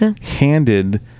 handed